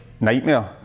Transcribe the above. nightmare